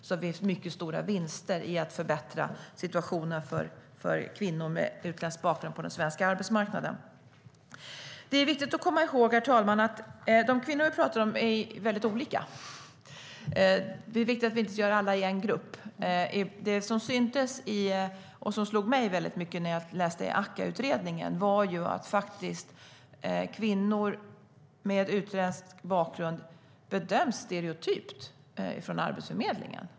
Det finns alltså mycket stora vinster i att förbättra situationen för kvinnor med utländsk bakgrund på den svenska arbetsmarknaden. Det är viktigt att komma ihåg, herr talman, att de kvinnor vi talar om är väldigt olika. Det är viktigt att vi inte gör alla till en grupp. Det som slog mig när jag läste AKKA-utredningen var att kvinnor med utländsk bakgrund bedöms stereotypt av Arbetsförmedlingen.